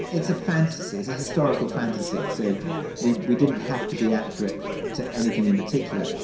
it's a fantasy. it's a historical fantasy. so, yeah, we we didn't have to be accurate to anything in particular.